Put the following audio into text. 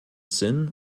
sind